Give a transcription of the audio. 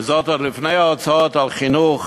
וזאת עוד לפני ההוצאות על חינוך,